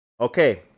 Okay